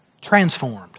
Transformed